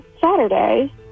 Saturday